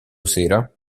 sera